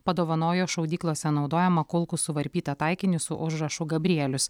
padovanojo šaudyklose naudojamą kulkų suvarpytą taikinį su užrašu gabrielius